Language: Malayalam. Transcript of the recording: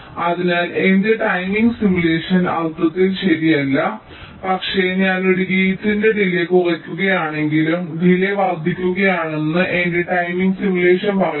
അതിനാൽ എന്റെ ടൈമിംഗ് സിമുലേഷൻ അർത്ഥത്തിൽ ശരിയല്ല പക്ഷേ ഞാൻ ഒരു ഗേറ്റിന്റെ ഡിലേയ് കുറയ്ക്കുകയാണെങ്കിലും ഡിലേയ് വർദ്ധിക്കുകയാണെന്ന് എന്റെ ടൈമിംഗ് സിമുലേഷൻ പറയുന്നു